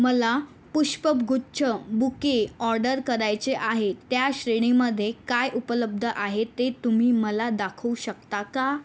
मला पुष्पगुच्छ bouquet order करायचे आहे त्या श्रेणीमध्ये काय उपलब्ध आहे ते तुम्ही मला दाखवू शकता का